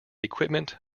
equipment